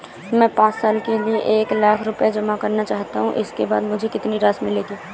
मैं पाँच साल के लिए एक लाख रूपए जमा करना चाहता हूँ इसके बाद मुझे कितनी राशि मिलेगी?